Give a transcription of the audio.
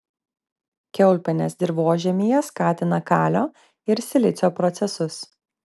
kiaulpienės dirvožemyje skatina kalio ir silicio procesus